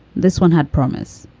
this one had promise.